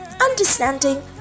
Understanding